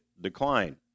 decline